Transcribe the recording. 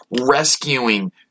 rescuing